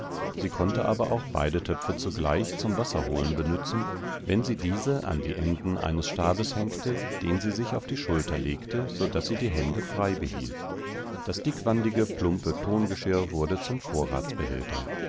sie konnte aber auch beide töpfe zugleich zum wasserholen benützen wenn sie diese an die enden eines stabes hängte den sie sich auf die schulter legte so daß sie die hände frei behielt das dickwandige plumpe tongeschirr wurde zum